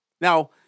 Now